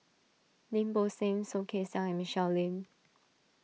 Lim Bo Seng Soh Kay Siang and Michelle Lim